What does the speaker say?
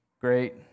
great